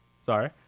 Sorry